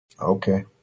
Okay